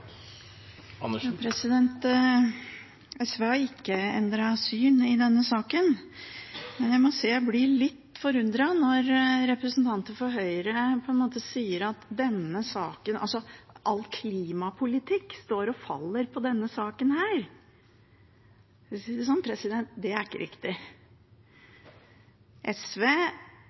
SV har ikke endret syn i denne saken. Jeg må si jeg blir litt forundret når representanter for Høyre sier at all klimapolitikk står og faller på denne saken. Det er ikke riktig. SV